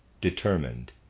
determined